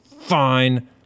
fine